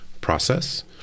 process